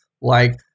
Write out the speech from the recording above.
Like-